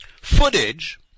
footage